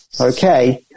okay